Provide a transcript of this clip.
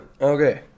Okay